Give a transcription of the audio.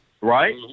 right